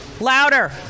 Louder